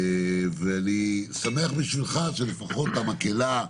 ואני שמח בשבילך שלפחות המקהלה,